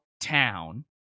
town